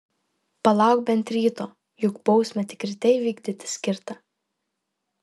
palauk bent ryto juk bausmę tik ryte įvykdyti skirta